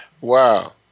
Wow